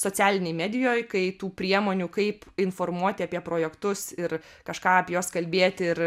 socialinėj medijoj kai tų priemonių kaip informuoti apie projektus ir kažką apie juos kalbėti ir